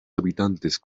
habitantes